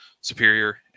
superior